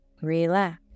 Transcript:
relax